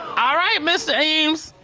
ah right, mr. eames.